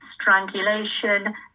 strangulation